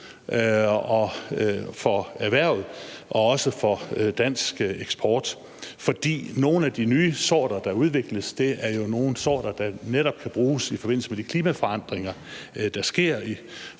for erhvervet og også for dansk eksport, fordi nogle af de nye sorter, der udvikles, er nogle sorter, der netop kan bruges i forbindelse med de klimaforandringer, der sker.